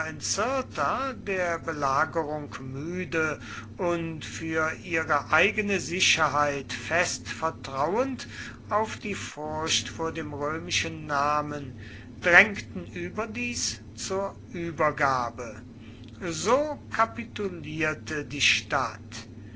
der belagerung müde und für ihre eigene sicherheit fest vertrauend auf die furcht vor dem römischen namen drängten überdies zur übergabe so kapitulierte die stadt